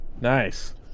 nice